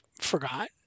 forgot